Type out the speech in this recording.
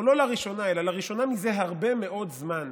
או לא לראשונה, אלא לראשונה מזה הרבה מאוד זמן,